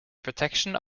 protection